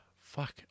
fuck